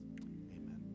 amen